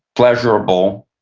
pleasurable,